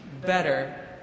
better